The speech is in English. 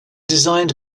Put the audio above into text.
designed